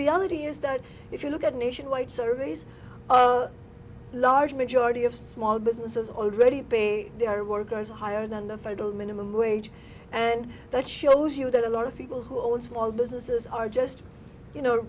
reality is that if you look at nationwide surveys of a large majority of small businesses already pay their workers higher than the federal minimum wage and that shows you that a lot of people who own small businesses are just you know